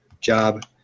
job